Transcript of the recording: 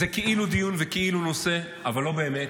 זה כאילו דיון וכאילו נושא, אבל לא באמת.